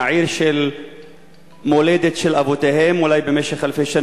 מעיר מולדת אבותיהם אולי במשך אלפי שנים.